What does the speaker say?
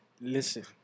Listen